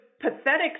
pathetic